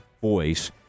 voice